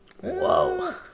Whoa